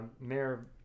mayor